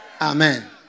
Amen